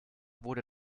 wurde